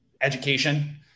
education